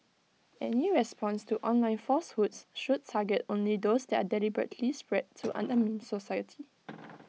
any response to online falsehoods should target only those that are deliberately spread to undermine society